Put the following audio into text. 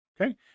Okay